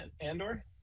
Andor